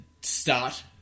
start